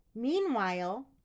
Meanwhile